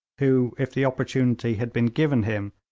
who, if the opportunity had been given him,